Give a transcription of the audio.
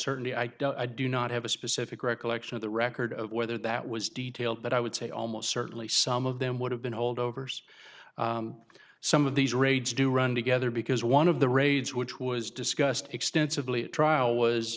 certainly i do not have a specific recollection of the record of whether that was detail but i would say almost certainly some of them would have been holdovers some of these raids do run together because one of the raids which was discussed extensively at trial was